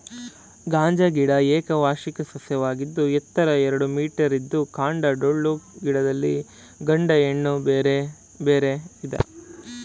ಗಾಂಜಾ ಗಿಡ ಏಕವಾರ್ಷಿಕ ಸಸ್ಯವಾಗಿದ್ದು ಎತ್ತರ ಎರಡು ಮೀಟರಿದ್ದು ಕಾಂಡ ಟೊಳ್ಳು ಗಿಡದಲ್ಲಿ ಗಂಡು ಹೆಣ್ಣು ಬೇರೆ ಬೇರೆ ಇದೆ